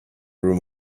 room